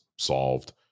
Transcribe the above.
solved